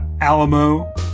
Alamo